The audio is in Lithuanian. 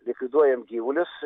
likviduojam gyvulius